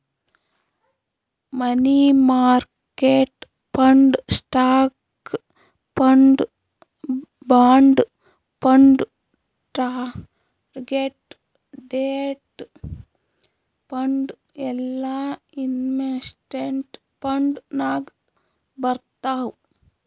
money market fund, stock fund, bond fund, target date fund ಎಲ್ಲಾ investment fund ನಾಗ್ ಬರ್ತಾವ್